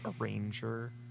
Arranger